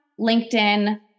LinkedIn